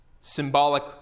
symbolic